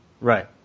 Right